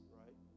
right